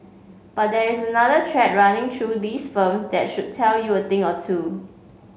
but there is another thread running through these firms that should tell you a thing or two